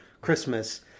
Christmas